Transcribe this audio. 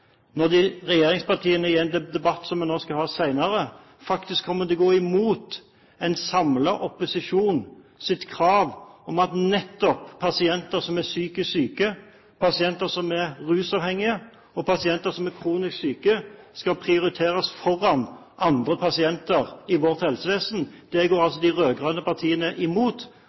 når regjeringspartiene, i en debatt som vi skal ha senere, kommer til å gå imot en samlet opposisjons krav om at nettopp pasienter som er psykisk syke, pasienter som er rusavhengige, og pasienter som er kronisk syke, skal prioriteres foran andre pasienter i vårt helsevesen. Dette går de rød-grønne partiene imot,